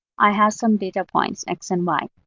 i have some data points, x and y.